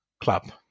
club